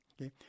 okay